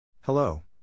Hello